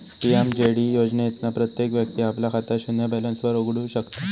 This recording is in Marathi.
पी.एम.जे.डी योजनेतना प्रत्येक व्यक्ती आपला खाता शून्य बॅलेंस वर उघडु शकता